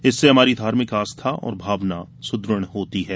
इससे हमारी धार्मिक आस्था और भावना सुदृढ़ होती है